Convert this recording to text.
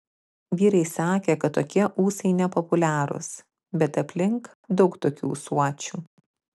vyrai sakė kad tokie ūsai nepopuliarūs bet aplink daug tokių ūsuočių